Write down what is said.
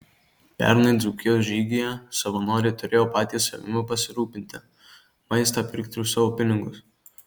pernai dzūkijos žygyje savanoriai turėjo patys savimi pasirūpinti maistą pirkti už savo pinigus